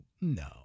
No